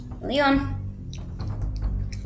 Leon